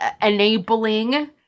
enabling